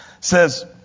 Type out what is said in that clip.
says